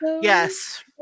yes